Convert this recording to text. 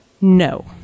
No